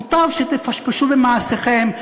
מוטב שתפשפשו במעשיכם,